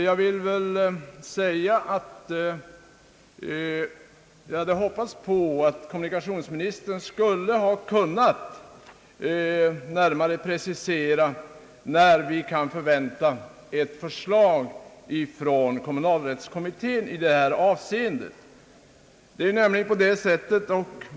Jag hade hoppats att kommunikationsministern skulle ha kunnat närmare precisera när vi kan vänta ett förslag från kommunalrättskommittén i detta sammanhang.